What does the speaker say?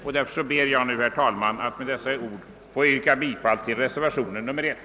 Med dessa ord ber jag, herr talman, att få yrka bifall till reservationen 1.